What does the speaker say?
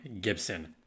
Gibson